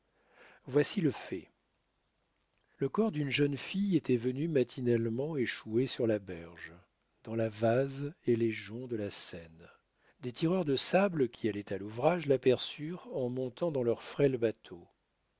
voici le fait le corps d'une jeune fille était venu matinalement échouer sur la berge dans la vase et les joncs de la seine des tireurs de sable qui allaient à l'ouvrage l'aperçurent en montant dans leur frêle bateau